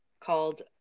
called